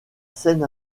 seine